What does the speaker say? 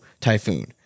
typhoon